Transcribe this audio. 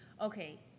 okay